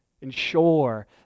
Ensure